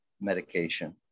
medication